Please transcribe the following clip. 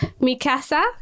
Mikasa